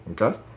Okay